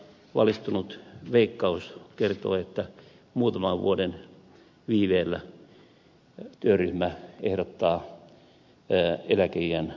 valistunut veikkaus kertoo että muutaman vuoden viiveellä työryhmä ehdottaa eläkeiän korottamista